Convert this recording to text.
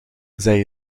zij